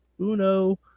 uno